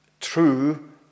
true